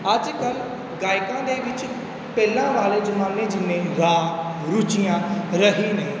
ਅੱਜ ਕੱਲ੍ਹ ਗਾਇਕਾਂ ਦੇ ਵਿੱਚ ਪਹਿਲਾਂ ਵਾਲੇ ਜ਼ਮਾਨੇ ਜਿੰਨੇ ਰਾਗ ਰੁਚੀਆਂ ਰਹੇ ਨਹੀਂ